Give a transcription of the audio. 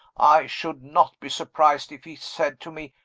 i should not be surprised if he said to me,